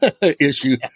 issue